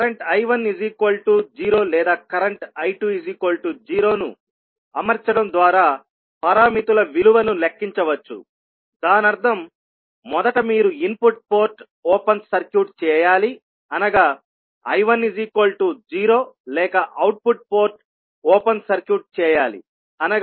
current I10 లేదా current I20 ను అమర్చడం ద్వారా పారామితుల విలువను లెక్కించవచ్చు దానర్థం మొదట మీరు ఇన్పుట్ పోర్ట్ ఓపెన్ సర్క్యూట్ చేయాలి అనగా I10 లేక అవుట్పుట్ పోర్ట్ ఓపెన్ సర్క్యూట్ చేయాలి అనగా I20